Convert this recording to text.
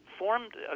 formed